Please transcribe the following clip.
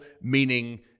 meaning